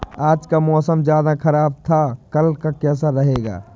आज का मौसम ज्यादा ख़राब था कल का कैसा रहेगा?